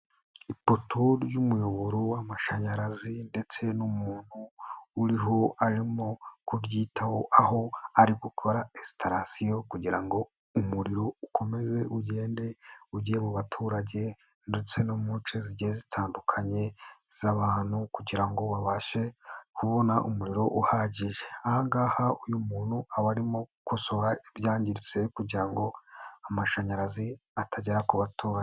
Ipoto y'umuyoboro w'amashanyarazi ndetse n'umuntu uriho arimo kubyitaho, aho ari gukora esitarasiyo kugira ngo umuriro ukomeze ugende, ujye mu baturage ndetse no mu nce zigiye zitandukanye z'abantu kugira ngo babashe kubona umuriro uhagije, aha ngaha uyu muntu aba arimo gukosora ibyangiritse kugira ngo amashanyarazi atagera ku baturage.